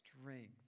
strength